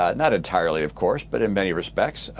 ah not entirely, of course, but in many respects.